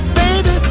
baby